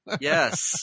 Yes